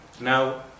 Now